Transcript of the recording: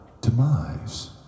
demise